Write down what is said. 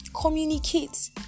Communicate